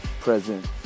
present